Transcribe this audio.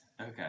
Okay